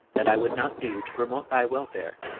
that i would not do to promote thy welfare,